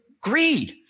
greed